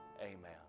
amen